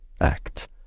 Act